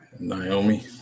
Naomi